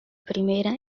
primera